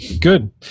Good